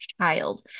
child